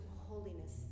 holiness